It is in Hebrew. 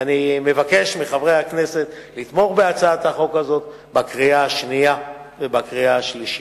ואני מבקש מחברי הכנסת לתמוך בה בקריאה השנייה ובקריאה השלישית.